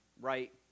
right